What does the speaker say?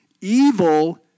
Evil